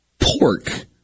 Pork